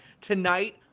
tonight